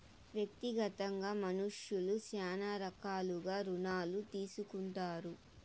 వ్యక్తిగతంగా మనుష్యులు శ్యానా రకాలుగా రుణాలు తీసుకుంటారు